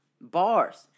bars